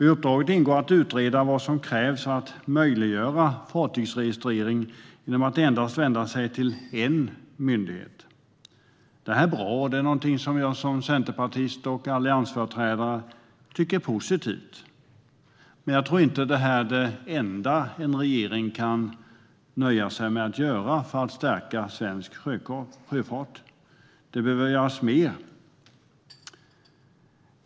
I uppdraget ingår att utreda vad som krävs för att möjliggöra fartygsregistrering genom att vända sig till endast en myndighet. Det är bra, och det är någonting som jag som centerpartist och alliansföreträdare tycker är positivt. Men jag tror inte att detta är det enda som en regering kan nöja sig med att göra för att stärka svensk sjöfart. Det behöver göras mer.